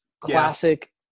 classic